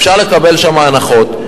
אפשר לקבל שם הנחות,